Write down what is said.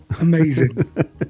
Amazing